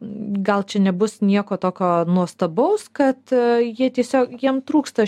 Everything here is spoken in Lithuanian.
gal čia nebus nieko tokio nuostabaus kad jie tiesiog jiem trūksta